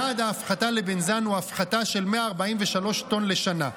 יעד ההפחתה לבנזן הוא הפחתה של 143 טונות לשנה,